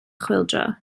chwyldro